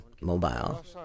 mobile